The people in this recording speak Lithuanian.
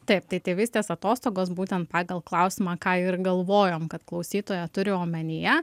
taip tai tėvystės atostogos būtent pagal klausimą ką ir galvojom kad klausytoja turi omenyje